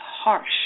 harsh